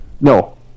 No